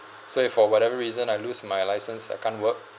so if for whatever reason I lose my license I can't work